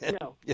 No